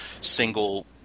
single